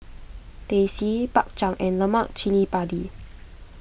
Teh C Bak Chang and Lemak Cili Padi